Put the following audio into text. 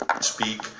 Speak